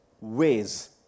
ways